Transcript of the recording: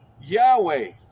Yahweh